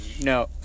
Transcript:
no